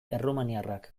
errumaniarrak